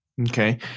Okay